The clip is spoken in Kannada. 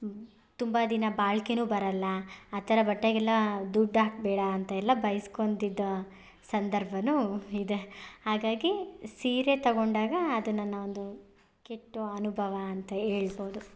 ತುಂಬ ದಿನ ಬಾಳಿಕೆನು ಬರಲ್ಲ ಆ ಥರ ಬಟ್ಟೆಗೆಲ್ಲ ದುಡ್ಡು ಹಾಕಬೇಡ ಅಂತ ಎಲ್ಲ ಬೈಸ್ಕೊಂತಿದ್ದ ಸಂದರ್ಭನು ಇದೆ ಹಾಗಾಗಿ ಸೀರೆ ತೊಗೊಂಡಾಗ ಅದು ನನ್ನ ಒಂದು ಕೆಟ್ಟ ಅನುಭವ ಅಂತ ಹೇಳ್ಬೋದು